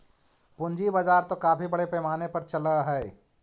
पूंजी बाजार तो काफी बड़े पैमाने पर चलअ हई